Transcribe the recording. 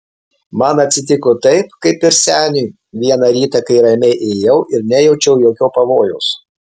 man atsitiko taip kaip ir seniui vieną rytą kai ramiai ėjau ir nejaučiau jokio pavojaus